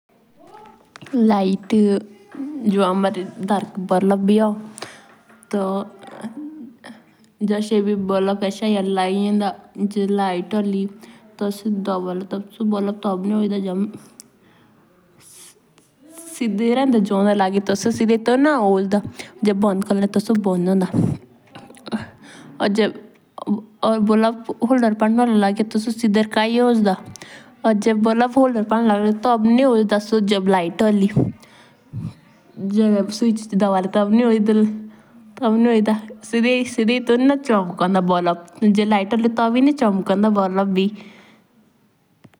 लाइट जो हमारे डरखे भलप भी होन। तो ज्यूस भी भलप एसाई होन लेयरंडा जेबी लाइट होली तो से भलप टीबी नी होजदा सीधी रोंदे झोंडे लगी। सीधी थोथी न होगदा टीबी भांड कोरले टीबी भांड होन।